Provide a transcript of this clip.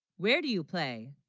where do you play